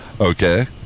Okay